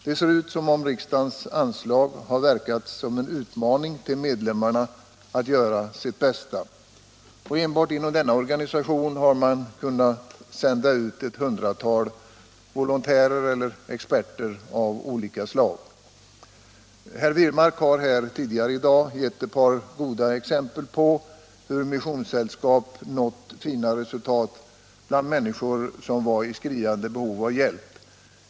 Det ser ut som om riksdagens anslag har verkat som en utmaning till medlemmarna att göra sitt bästa, och enbart inom denna organisation har man kunnat sända ut ett hundratal volontärer eller experter av olika slag. Herr Wirmark har här tidigare i dag givit ett par goda exempel på hur missionssällskapen nått fina resultat bland människor som varit i skriande behov av hjälp.